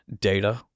data